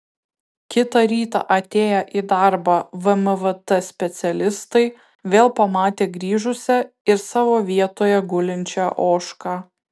kitą rytą atėję į darbą vmvt specialistai vėl pamatė grįžusią ir savo vietoje gulinčią ožką